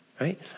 right